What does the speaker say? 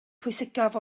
pwysicaf